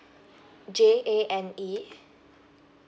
J A N E